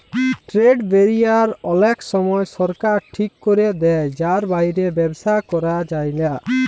trade barrier অলেক সময় সরকার ঠিক ক্যরে দেয় যার বাইরে ব্যবসা ক্যরা যায়লা